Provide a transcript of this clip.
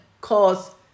cause